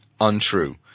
untrue